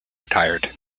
retired